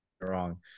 wrong